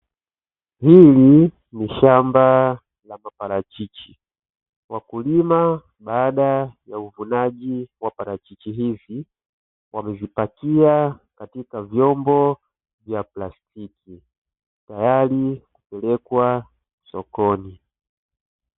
Hii ni shamba la maparachichi, wakulima baada ya uvunaji wa parachichi hizi, wamezipakia katika vyombo vya plastiki tayari kupelekwa sokoni.